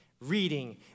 reading